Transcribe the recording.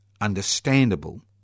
understandable